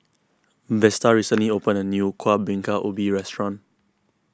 Vesta recently opened a new Kuih Bingka Ubi restaurant